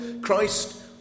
Christ